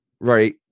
right